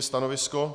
Stanovisko?